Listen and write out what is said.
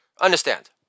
Understand